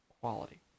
Quality